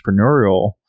entrepreneurial